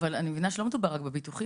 אבל אני מבינה שלא מדובר רק בביטוחים,